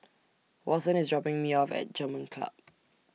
Watson IS dropping Me off At German Club